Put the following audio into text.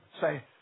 say